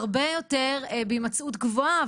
הרבה יותר בהימצאות גבוהה.